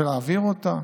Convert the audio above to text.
ולהעביר אותה.